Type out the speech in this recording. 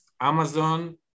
Amazon